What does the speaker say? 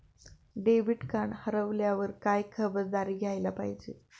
Debit card हरवल्यावर काय खबरदारी घ्यायला पाहिजे?